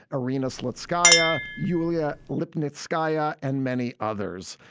irina slutskaya, yulia lipnitskaya and many others.